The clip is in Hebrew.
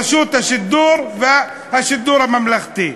רשות השידור והשידור הממלכתי.